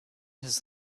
his